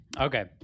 Okay